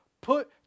put